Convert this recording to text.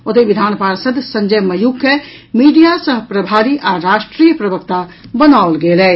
ओतहि विधान पार्षद संजय मयूख के मीडिया सह प्रभारी आ राष्ट्रीय प्रवक्ता बनाओल गेल अछि